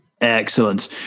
Excellent